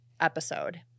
episode